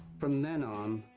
from then on,